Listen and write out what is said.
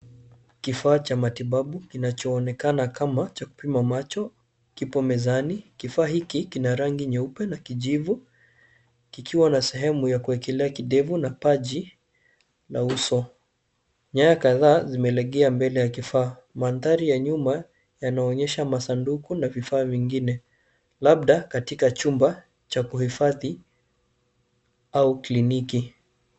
Kifaa cha matibabu kinachoonekana kama cha kupima macho kipo mezani. Kifaa hiki kina rangi nyeupe na kijivu kikiwa na sehemu ya kuekelea kidevu na paji la uso. Nyaya kadhaa zimelegea mbele ya vifaa. Mandhari ya nyuma yanaonyesha masanduku na vifaa vingine labda katika chumba cha kuhifadhi au kliniki.